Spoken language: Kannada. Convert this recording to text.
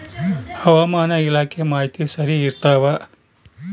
ಹವಾಮಾನ ಇಲಾಖೆ ಮಾಹಿತಿ ಸರಿ ಇರ್ತವ?